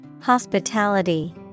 Hospitality